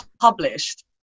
published